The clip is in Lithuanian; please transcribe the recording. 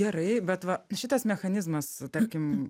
gerai bet va šitas mechanizmas tarkim